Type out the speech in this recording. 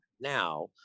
Now